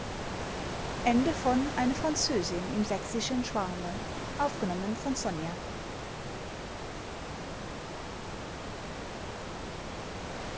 französin im sächsischen